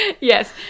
Yes